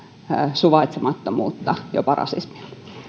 suvaitsemattomuutta jopa rasismia